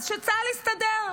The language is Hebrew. אז שצה"ל יסתדר.